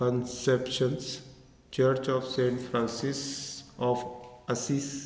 Conception Church of Saint Francis of असीस